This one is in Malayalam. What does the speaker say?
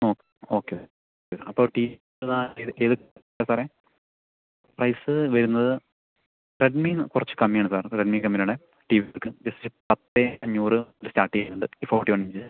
ഓ ഓക്കെ അപ്പോൾ ടി വി ഏതാണ് ഏത് ഏത് സാറെ പ്രൈസ് വരുന്നത് റെഡ്മി കുറച്ച് കമ്മിയാണ് സാർ റെഡ്മി കമ്പനിയുടെ ടി വികൾക്ക് ജസ്റ്റ് പത്ത് അഞ്ഞൂറ് സ്റ്റാർട്ട് ചെയ്യുന്നുണ്ട് ഈ ഫോർട്ടി വൺ ഇഞ്ച്